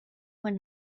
were